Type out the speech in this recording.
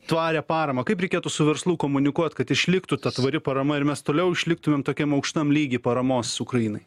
tvarią paramą kaip reikėtų su verslu komunikuot kad išliktų ta tvari parama ir mes toliau išliktumėm tokiam aukštam lygy paramos ukrainai